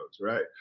Right